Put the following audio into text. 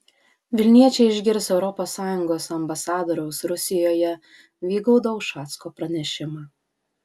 vilniečiai išgirs europos sąjungos ambasadoriaus rusijoje vygaudo ušacko pranešimą